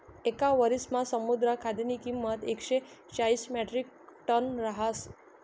येक वरिसमा समुद्र खाद्यनी किंमत एकशे चाईस म्याट्रिकटन रहास